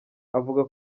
avuga